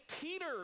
Peter